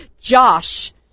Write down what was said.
Josh